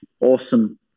awesome